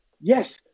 Yes